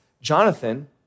Jonathan